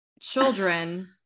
children